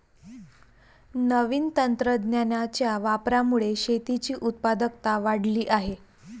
नवीन तंत्रज्ञानाच्या वापरामुळे शेतीची उत्पादकता वाढली आहे